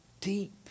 deep